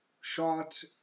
shot